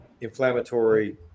inflammatory